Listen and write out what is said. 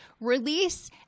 release